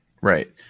Right